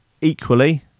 Equally